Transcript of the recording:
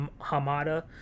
Hamada